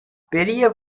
பெரிய